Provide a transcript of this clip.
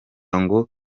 ngo